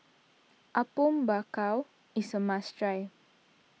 Apom Berkuah is a must try